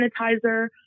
sanitizer